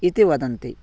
इति वदन्ति